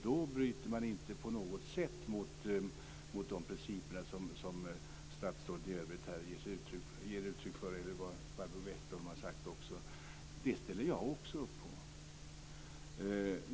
Då bryter man inte på något sätt mot de principer som statsrådet i övrigt här ger uttryck för och som även går i linje med vad Barbro Westerholm har sagt. Det ställer jag också upp på.